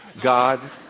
God